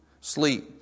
sleep